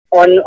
on